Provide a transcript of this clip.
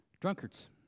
Drunkards